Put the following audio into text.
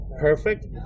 perfect